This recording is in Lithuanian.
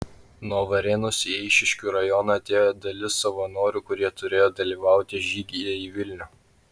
nuo varėnos į eišiškių rajoną atėjo dalis savanorių kurie turėjo dalyvauti žygyje į vilnių